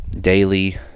daily